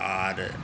आओर